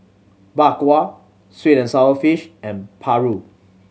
Bak Kwa sweet and sour fish and paru